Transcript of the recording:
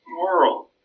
world